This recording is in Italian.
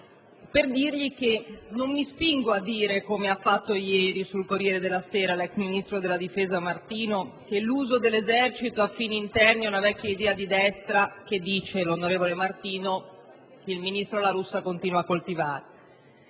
per dirgli che non mi spingo ad affermare - come ha fatto ieri sul "Corriere della sera" l'ex ministro della difesa Martino - che l'uso dell'Esercito a fini interni è una vecchia idea di destra, che - dice l'onorevole Martino - il ministro La Russa continua a coltivare.